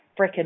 frickin